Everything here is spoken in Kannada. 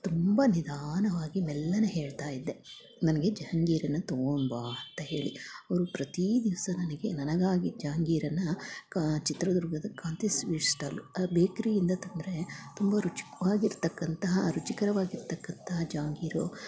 ತುಂಬ ನಿಧಾನವಾಗಿ ಮೆಲ್ಲನೆ ಹೇಳ್ತಾಯಿದ್ದೆ ನನಗೆ ಜಹಾಂಗೀರನ್ನ ತೊಗೊಂಡ್ಬಾ ಅಂತ ಹೇಳಿ ಅವರು ಪ್ರತಿ ದಿವಸ ನನಗೆ ನನಗಾಗಿ ಜಹಾಂಗೀರನ್ನ ಕ ಚಿತ್ರದುರ್ಗದ ಕಾಂತಿ ಸ್ವೀಟ್ ಸ್ಟಾಲು ಆ ಬೇಕ್ರಿಯಿಂದ ತಂದರೆ ತುಂಬ ರುಚಿಕ್ವಾಗಿ ಇರತಕ್ಕಂತಹ ರುಚಿಕರವಾಗಿರತಕ್ಕಂತಹ ಜಹಾಂಗೀರು